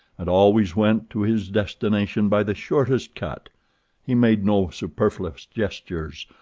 and always went to his destination by the shortest cut he made no superfluous gestures,